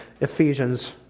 Ephesians